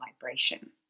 vibration